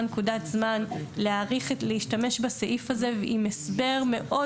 נקודת זמן להשתמש בסעיף הזה עם הסבר מאוד